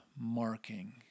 marking